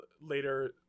later